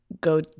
go